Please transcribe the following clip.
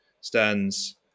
stands